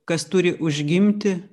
kas turi užgimti